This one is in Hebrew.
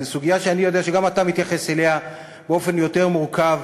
זו סוגיה שאני יודע שגם אתה מתייחס אליה באופן יותר מורכב